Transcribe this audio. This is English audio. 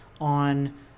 on